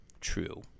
true